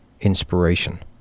inspiration